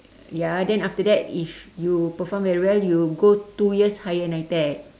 ya then after that if you perform very well you go two years higher NITEC